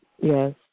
Yes